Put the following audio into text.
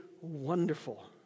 wonderful